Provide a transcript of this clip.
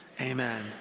amen